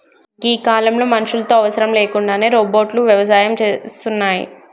గీ కాలంలో మనుషులతో అవసరం లేకుండానే రోబోట్లు వ్యవసాయం సేస్తున్నాయి